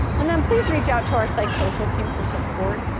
and then please reach out to our psychosocial team for support.